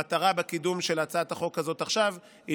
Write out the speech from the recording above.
המטרה בקידום של הצעת החוק הזאת עכשיו היא,